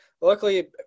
luckily